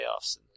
playoffs